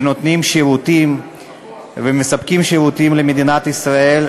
שנותנים שירותים ומספקים שירותים למדינת ישראל,